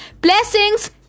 blessings